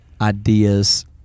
ideas